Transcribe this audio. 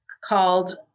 called